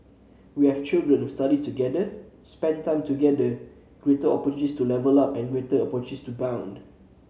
we have children who study together spent time together greater opportunities to level up and greater opportunities to bond